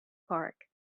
park